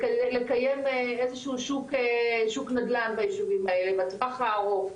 ולקיים איזה שהוא שוק נדל"ן ביישובים האלה בטווח הארוך,